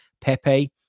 Pepe